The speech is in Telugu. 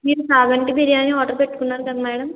మీరు తంగడి బిర్యానీ ఆర్డర్ పెట్టుకున్నారు కదా మేడం